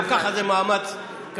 גם ככה זה מאמץ כביר.